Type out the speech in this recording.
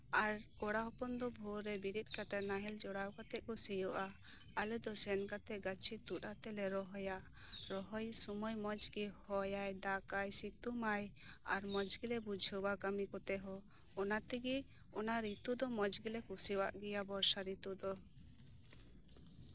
ᱟᱨ ᱠᱚᱲᱟ ᱦᱚᱯᱚᱱ ᱫᱚ ᱵᱷᱳᱨᱨᱮ ᱵᱮᱨᱮᱫ ᱠᱟᱛᱮᱫ ᱱᱟᱦᱮᱞ ᱡᱚᱲᱟᱣ ᱠᱟᱛᱮᱫ ᱥᱤᱭᱳᱜᱼᱟ ᱟᱞᱮ ᱫᱚ ᱥᱮᱱ ᱠᱟᱛᱮᱫ ᱜᱟᱹᱪᱷᱤ ᱛᱩᱫ ᱠᱟᱛᱮᱞᱮ ᱨᱚᱦᱚᱭᱟ ᱨᱚᱦᱚᱭ ᱥᱚᱢᱚᱭ ᱢᱚᱸᱡᱽ ᱜᱮ ᱦᱚᱭ ᱟᱭ ᱫᱟᱜᱽ ᱟᱭ ᱥᱮᱛᱳᱝ ᱟᱭ ᱟᱨ ᱢᱚᱸᱡᱽ ᱜᱮᱞᱮ ᱵᱩᱡᱷᱟᱹᱣᱟ ᱠᱟᱹᱢᱤ ᱠᱚᱛᱮᱦᱚᱸ ᱚᱱᱟᱛᱮᱜᱮ ᱚᱱᱟ ᱨᱤᱛᱩ ᱫᱚ ᱢᱚᱸᱡᱽ ᱜᱮᱞᱮ ᱠᱩᱥᱤᱭᱟᱜ ᱜᱮᱭᱟ ᱵᱚᱨᱥᱟ ᱨᱤᱛᱩ ᱫᱚ